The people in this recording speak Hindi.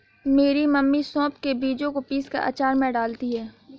मेरी मम्मी सौंफ के बीजों को पीसकर अचार में डालती हैं